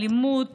אלימות